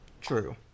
True